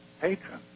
patron